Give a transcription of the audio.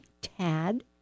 Tad